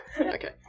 Okay